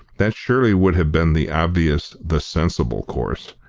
that surely would have been the obvious, the sensible course.